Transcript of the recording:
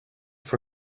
for